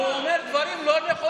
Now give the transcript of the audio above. הוא אומר דברים לא נכונים.